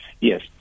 Yes